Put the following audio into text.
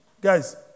Guys